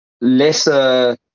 lesser